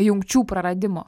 jungčių praradimo